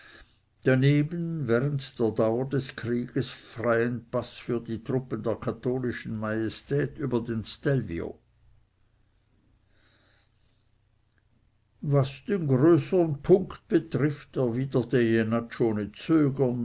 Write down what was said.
daneben während der dauer des krieges freien paß für die truppen der katholischen majestät über den stelvio was den größern punkt betrifft erwiderte jenatsch ohne zögern